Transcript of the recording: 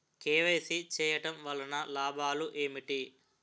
KYC చేయటం వలన లాభాలు ఏమిటి?